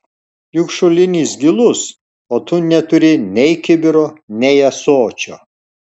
juk šulinys gilus o tu neturi nei kibiro nei ąsočio